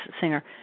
singer